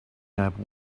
able